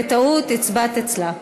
בטעות הצבעת אצלה.